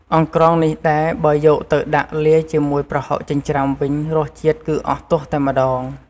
អង្រ្កងនេះដែរ បើយកទៅដាក់លាយជាមួយប្រហុកចិញ្រ្ចាំវិញ រសជាតិគឺអស់ទាស់តែម្ដង។